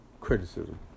Criticism